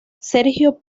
sergio